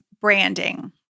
branding